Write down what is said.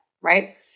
Right